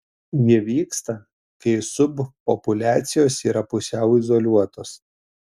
ji vyksta kai subpopuliacijos yra pusiau izoliuotos